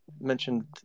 mentioned